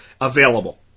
available